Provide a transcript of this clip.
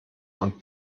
und